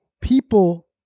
People